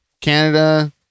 Canada